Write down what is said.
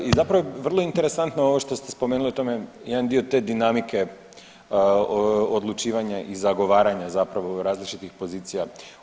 Ovaj, i zapravo je vrlo interesantno ovo što ste spomenuli o tome, jedan dio te dinamike odlučivanja i zagovaranja zapravo različitih pozicija.